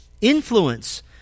Influence